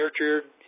nurtured